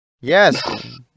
Yes